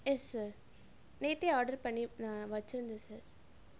S sir நேத்தியே order பண்ணி நான் வச்சிருந்தேன் சார்